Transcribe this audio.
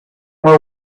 more